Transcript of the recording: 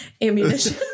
Ammunition